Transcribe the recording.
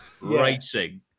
racing